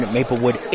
Maplewood